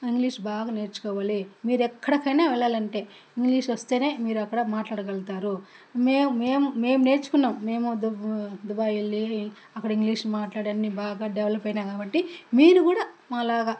English బాగా నేర్చుకోవాలి మీరు ఎక్కడికైనా వెళ్ళాలంటే ఇంగ్లీష్ వస్తేనే మీరు అక్కడ మాట్లాడగలుగుతారు మేము నేర్చుకున్నాం మేము దుబాయ్ వెళ్ళి అక్కడ ఇంగ్లీష్ మాట్లాడి అన్నీ బాగా డెవలప్ అయినా కాబట్టి మీరు కూడా మాలాగా